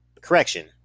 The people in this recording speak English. Correction